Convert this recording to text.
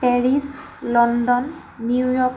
Paris London New York